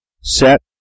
set